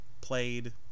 played